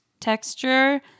texture